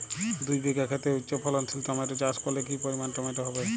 দুই বিঘা খেতে উচ্চফলনশীল টমেটো চাষ করলে কি পরিমাণ টমেটো হবে?